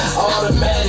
automatic